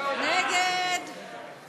תקציבי 30,